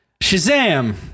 Shazam